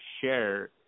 share